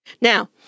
Now